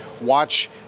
watch